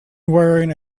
wearing